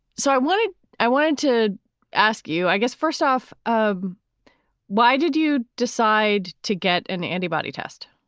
so i want to i wanted to ask you, i guess, first off, um why did you decide to get an antibody test?